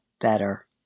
better